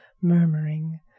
murmuring